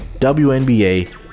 WNBA